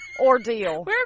Ordeal